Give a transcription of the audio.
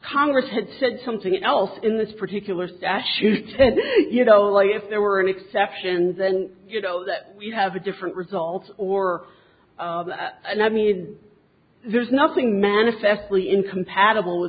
congress had said something else in this particular statute you know if there were any exceptions then you know that we have a different result or and i mean there's nothing manifestly incompatible